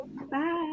Bye